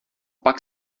pak